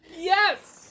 Yes